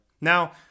Now